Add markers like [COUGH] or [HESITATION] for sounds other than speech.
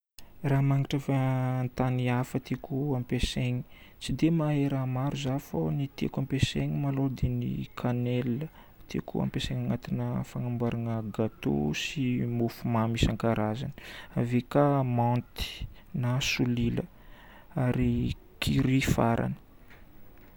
Raha magnitry efa [HESITATION] an-tany hafa tiako ampiasaina: tsy dia mahay raha maro zaho fô ny tiako hampiasaina maloha dia cannelle. Tiako hampiasaina agnatina fanamboarana gâteau sy mofomamy isankarazany. Ave ka menthe na solila ary curry no farany.